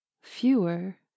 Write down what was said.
fewer